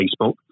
Facebook